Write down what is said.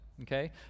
Okay